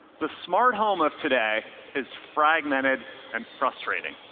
the smart home of today is fragmented and frustrating.